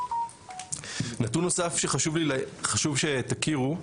נתון נוסף שחשוב שתכירו,